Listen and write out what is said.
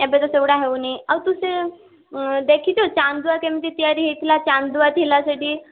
ଏବେ ତ ସେଗୁଡ଼ା ହଉନି ଆଉ ତୁ ସେ ଦେଖିଚୁ ଏଁ ଚାନ୍ଦୁଆ କେମତି ତିଆରି ହେଇଥିଲା ଚାନ୍ଦୁଆ ଥିଲା ସେଠି